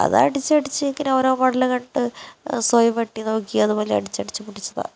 അത് അടിച്ച് അടിച്ച് ഇങ്ങനെ ഓരോ മോഡലു കണ്ട് സ്വയം വെട്ടിനോക്കി അത്പോലെ അടിച്ച് അടിച്ച് പഠിച്ചതാണ്